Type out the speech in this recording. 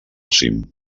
cim